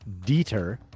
Dieter